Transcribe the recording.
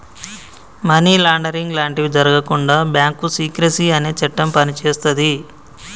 money laundering లాంటివి జరగకుండా bank secrecy అనే చట్టం పనిచేస్తది